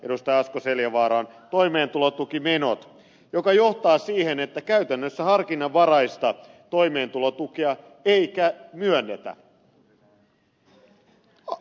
asko seljavaara on toimeentulotukimenot mikä johtaa siihen että käytännössä harkinnanvaraista toimeentulotukea ei myönnetä